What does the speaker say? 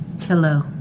Hello